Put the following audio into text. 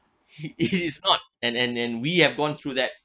it is not and and and we have gone through that